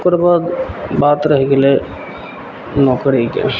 ओकरबाद बात रहि गेलय नौकरीके